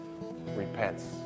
repents